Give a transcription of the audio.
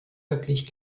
wirklich